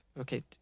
Okay